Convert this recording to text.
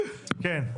מורמת.